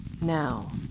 Now